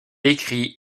écrit